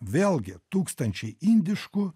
vėlgi tūkstančiai indiškų